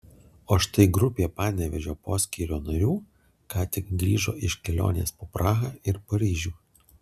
o štai grupė panevėžio poskyrio narių ką tik grįžo iš kelionės po prahą ir paryžių